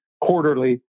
quarterly